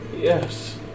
Yes